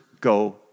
go